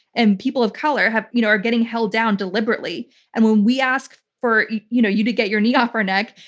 and people of color you know are getting held down deliberately and when we ask for you know you to get your knee off our neck,